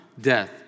death